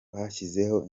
twashyizeho